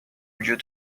lieu